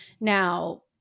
Now